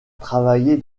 travailler